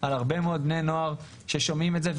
על הרבה מאוד בני נוער ששומעים את זה,